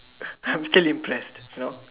I'm still impressed you know